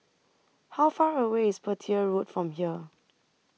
How Far away IS Petir Road from here